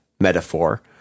metaphor